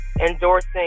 endorsing